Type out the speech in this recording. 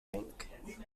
rink